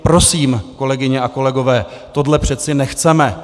Prosím, kolegyně a kolegové, tohle přece nechceme.